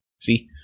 See